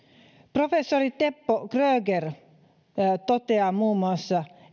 professori teppo kröger toteaa muun muassa